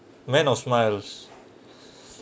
meant of smiles